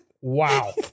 Wow